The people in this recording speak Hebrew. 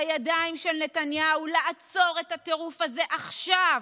בידיים של נתניהו לעצור את הטירוף הזה עכשיו,